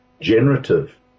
generative